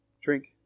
Drink